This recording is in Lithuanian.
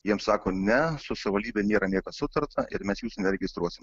jiem sako ne su savivaldybe nėra nieko sutarta ir mes jus neregistruosim